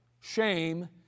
shame